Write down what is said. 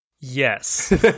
Yes